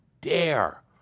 dare